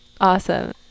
awesome